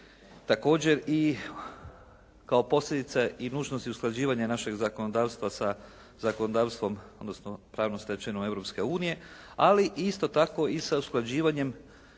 Također i kao posljedica i nužnosti usklađivanja našeg zakonodavstva sa zakonodavstvom, odnosno pravnom stečevinom Europske unije, ali isto tako i sa usklađivanjem